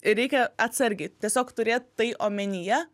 ir reikia atsargiai tiesiog turėti tai omenyje